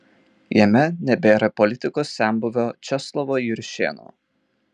jame nebėra politikos senbuvio česlovo juršėno